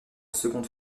seconde